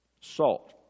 Salt